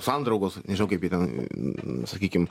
sandraugos nežinau kaip jie ten sakykim